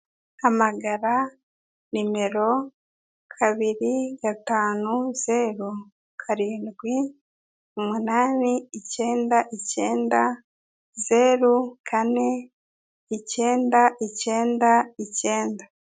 Hamagara nimero kabiri gatanu, zeru, karindwi, umunani, icyenda, icyenda, zeru, kane, icyenda, icyenda, icyenda.